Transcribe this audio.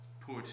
put